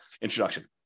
introduction